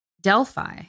Delphi